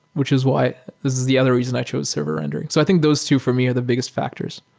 which is why this is the other reason i chose server rendering. so i think those two for me are the biggest factors